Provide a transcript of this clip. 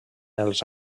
els